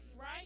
Right